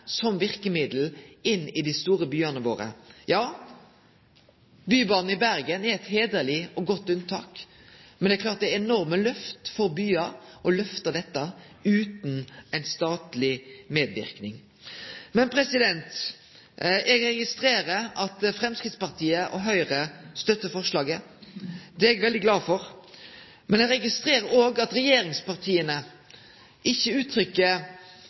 som verkemiddel inn i dei store byane våre? Bybanen i Bergen er eit heiderleg og godt unntak, men det er klart at dette er enorme lyft for byar, utan ein statleg medverknad. Eg registrerer at Framstegspartiet og Høgre støttar forslaget. Det er eg veldig glad for. Eg registrerer òg at regjeringspartia ikkje